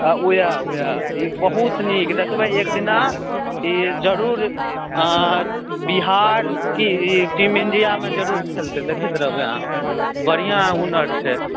वएह वएह बहुत नीक देखबै एक दिना ई जरूर अँ बिहार की ई टीम इण्डियामे जरूर खेलतै देखैत रहबै अहाँ बढ़िऑं हुनर छै